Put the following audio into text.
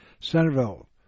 Centerville